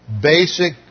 basic